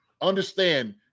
understand –